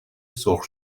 سرخ